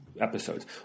episodes